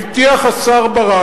הבטיח השר ברק,